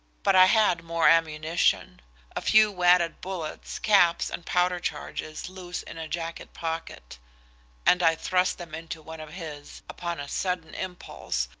but i had more ammunition a few wadded bullets, caps, and powder-charges, loose in a jacket pocket and i thrust them into one of his, upon a sudden impulse,